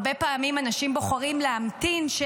הרבה פעמים אנשים בוחרים להמתין עד